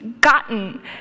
gotten